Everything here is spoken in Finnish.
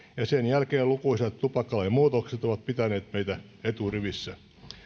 ja sen jälkeen lukuisat tupakkalain muutokset ovat pitäneet meitä eturivissä